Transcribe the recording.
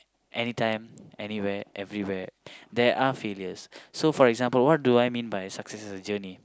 anytime anywhere everywhere there are failures so for example what do I mean by success is a journey